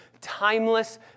timeless